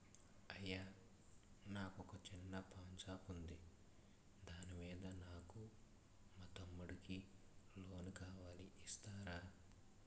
అయ్యా నాకు వొక చిన్న పాన్ షాప్ ఉంది దాని మీద నాకు మా తమ్ముడి కి లోన్ కావాలి ఇస్తారా?